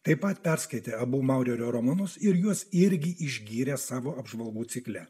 taip pat perskaitė abu maurerio romanus ir juos irgi išgyrė savo apžvalgų cikle